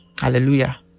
hallelujah